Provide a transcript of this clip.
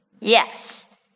Yes